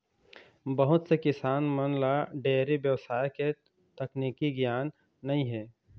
बहुत से किसान मन ल डेयरी बेवसाय के तकनीकी गियान नइ हे